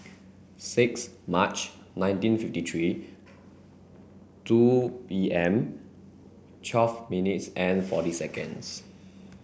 six March nineteen fifty three two P M twelve minutes and forty seconds